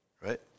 right